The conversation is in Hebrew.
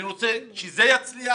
אני רוצה שזה יצליח